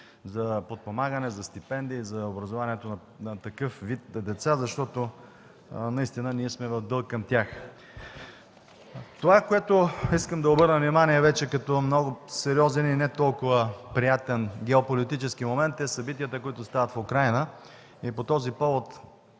за подпомагане, за стипендии за образованието на такъв вид деца, защото ние наистина сме в дълг към тях. Това, на което искам да обърна внимание вече като много сериозен и не толкова приятен геополитически момент, са събитията, които стават в Украйна и по този повод